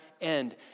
end